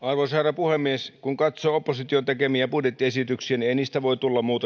arvoisa herra puhemies kun katsoo opposition tekemiä budjettiesityksiä niin ei niistä voi tulla muuta